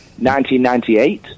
1998